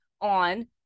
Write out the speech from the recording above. on